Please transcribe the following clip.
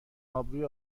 آبروی